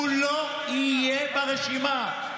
הוא לא יהיה ברשימה.